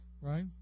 right